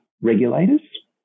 regulators